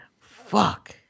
Fuck